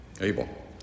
Abel